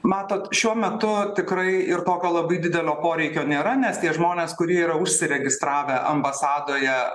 matot šiuo metu tikrai ir tokio labai didelio poreikio nėra nes tie žmonės kurie yra užsiregistravę ambasadoje